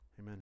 Amen